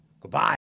Goodbye